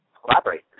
collaborate